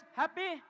happy